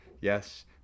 yes